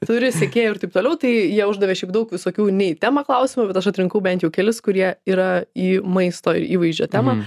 turi sekėjų ir taip toliau tai jie uždavė šiaip daug visokių ne į temą klausimų bet aš atrinkau bent jau kelis kurie yra į maisto įvaizdžio temą